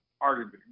argument